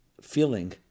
feeling